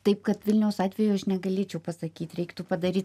taip kad vilniaus atveju aš negalėčiau pasakyt reiktų padaryt